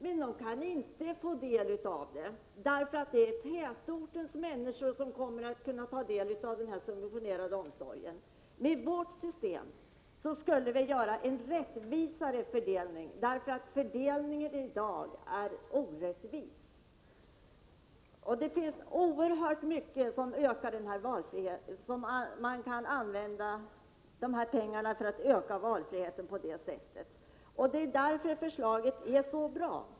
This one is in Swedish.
Men familjen kan inte utnyttja den, utan det är tätortens människor som får del av denna subventionerade omsorg. Med vårt system skulle fördelningen bli rättvisare. Den fördelning som sker i dag är ju orättvis. Det finns oerhört mycket att använda dessa pengar till när det gäller att öka valfriheten. Det är därför som förslaget är så bra.